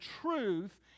truth